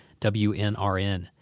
WNRN